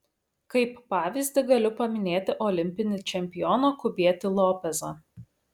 kaip pavyzdį galiu paminėti olimpinį čempioną kubietį lopezą